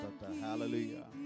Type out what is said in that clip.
hallelujah